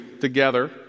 together